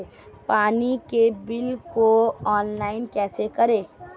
पानी के बिल को ऑनलाइन कैसे भरें?